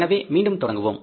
எனவே மீண்டும் தொடங்குவோம்